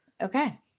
Okay